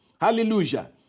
Hallelujah